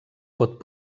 pot